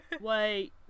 wait